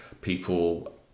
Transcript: people